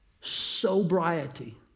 sobriety